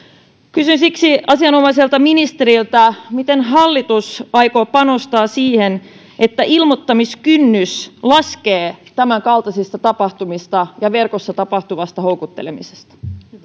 kysyn siksi asianomaiselta ministeriltä miten hallitus aikoo panostaa siihen että ilmoittamiskynnys tämänkaltaisista tapahtumista ja verkossa tapahtuvasta houkuttelemisesta